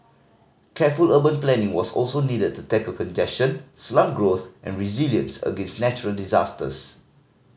careful urban planning was also needed to tackle congestion slum growth and resilience against natural disasters